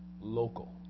local